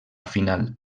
final